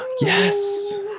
Yes